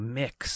mix